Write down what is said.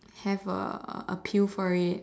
have a appeal for it